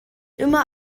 immer